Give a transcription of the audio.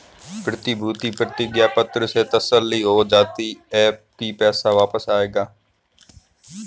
प्रतिभूति प्रतिज्ञा पत्र से तसल्ली हो जाती है की पैसा वापस आएगा